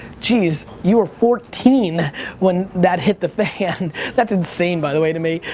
jeez, you were fourteen when that hit the fan. that's insane, by the way, to me.